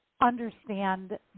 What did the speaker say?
understand